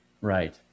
Right